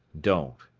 don't.